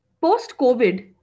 Post-COVID